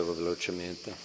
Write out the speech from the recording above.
velocemente